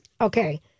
Okay